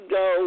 go